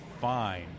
fine